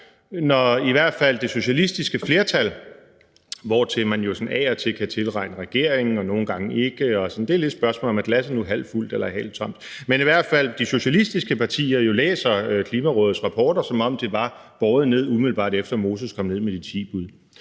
i hvert fald det socialistiske flertal – hvortil man jo sådan af og til kan tilregne regeringen og nogle gange ikke; det er lidt et spørgsmål om, om glasset er halvt fuldt eller halvt tomt – læser Klimarådets rapporter, som om de var båret ned, umiddelbart efter Moses kom ned med de ti bud.